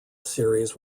series